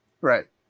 Right